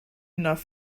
enough